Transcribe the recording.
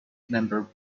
member